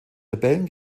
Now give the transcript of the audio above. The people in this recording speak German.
rebellen